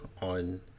on